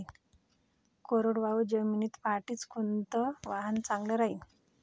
कोरडवाहू जमीनीत पऱ्हाटीचं कोनतं वान चांगलं रायीन?